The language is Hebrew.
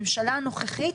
בממשלה הנוכחית,